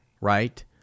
right